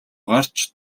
гарч